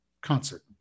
concert